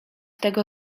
tego